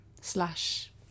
slash